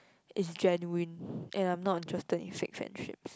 is genuine and I'm not interested in fake friendships